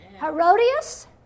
Herodias